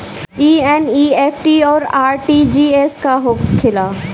ई एन.ई.एफ.टी और आर.टी.जी.एस का होखे ला?